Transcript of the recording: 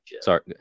sorry